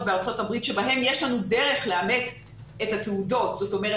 בארצות הברית בהן יש לנו דרך לאמת את התעודות - זאת אומרת,